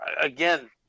again